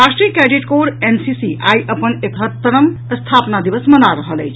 राष्ट्रीय cadet corps NCC आई अपन एकहत्तरम स्थापना दिवस मना रहल अछि